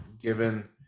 given